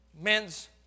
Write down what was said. men's